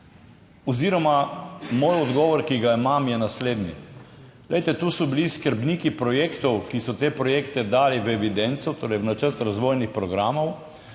oziroma moj odgovor, ki ga imam, je naslednji. Glejte, tu so bili skrbniki projektov, ki so te projekte dali v evidenco, torej v načrt razvojnih programov